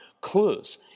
clues